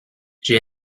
j’ai